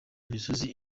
imisozi